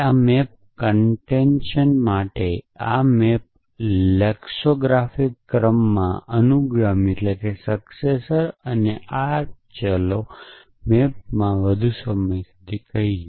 આ મૅપ કન્ટેન્ટેશન માટે આ મૅપ લેક્સિકોગ્રાફિક ક્રમમાં અનુગામી માટે અને આ ચાલો મૅપ કરતાં વધુ સમય સુધી કહીએ